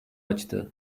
açtı